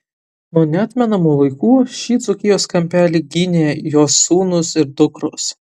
nuo neatmenamų laikų šį dzūkijos kampelį gynė jos sūnūs ir dukros